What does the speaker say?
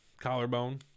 collarbone